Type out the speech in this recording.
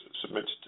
submitted